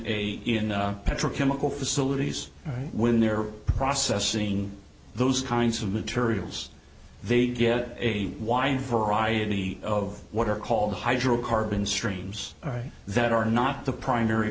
a petro chemical facilities when they're processing those kinds of materials they get a wide variety of what are called hydrocarbon streams right that are not the primary